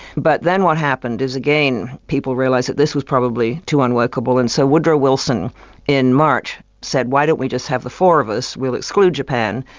but then what happened is again people realised that this was probably too unworkable, and so woodrow wilson in march, said why don't we just have the four of us? we'll exclude japan,